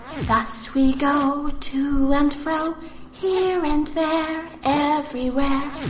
thus we go, to and fro here and there, everywhere,